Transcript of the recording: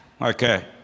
Okay